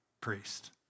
Priest